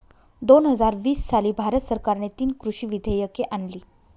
दोन हजार वीस साली भारत सरकारने तीन कृषी विधेयके आणली